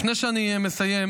לפני שאני מסיים,